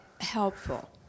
helpful